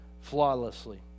flawlessly